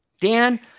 dan